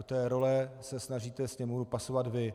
Do té role se snažíte Sněmovnu pasovat vy.